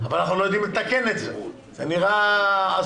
אבל אנחנו לא יודעים לתקן את זה, זה נראה הזוי.